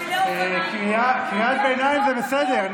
קריאת ביניים זה בסדר.